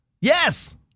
Yes